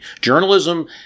Journalism